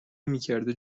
نمیکرده